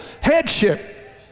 headship